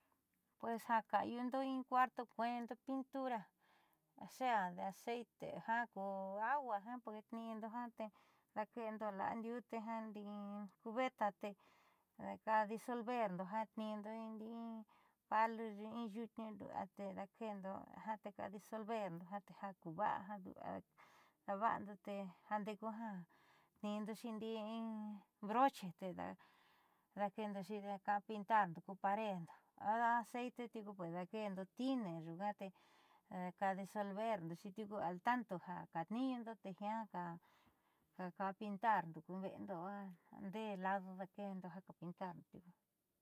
Pues ja ka'ayundo in cuarto kueendo pintura sea de aceite ja o agua ja tniindo tee daake'endo la'a ndiute ndi'i cubeta tee ka disolverndo ja tnindo in palo in yuutniu tee daake'endo ja ka disolverndo ja tee jakuva'a ja du'aa daava'ando tee jande'eku tniindoxi dii in broche tedaake'endo cada pintarndo ku paredndo o aceite tiuku daake'endo tiner nyuuka tee cada disolverndoxi tiuku altanto ja kaatniiñuundo te jiaa ka pintarndo ku ve'endo adee lado ka pintardo tiuku.